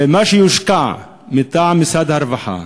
ומה שיושקע מטעם משרד הרווחה,